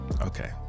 Okay